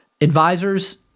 Advisors